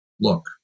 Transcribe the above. look